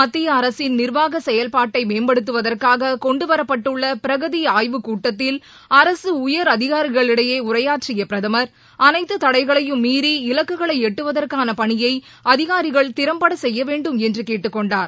மத்தியஅரசின் நிர்வாகசெயல்பாட்டைமேம்படுத்துவதற்காககொண்டுவரப்பட்டுள்ளபிரகதி ஆய்வு கூட்டத்தில் அதிகாரிகளிடையேஉரையாற்றியபிரதமர் அனைத்துதடைகளையும் மீறி அரசுஉயர் இலக்குகளைஎட்டுவதற்கானபணியைஅதிகாரிகள் திறம்படசெய்யவேண்டும் என்றகேட்டுக்கொண்டார்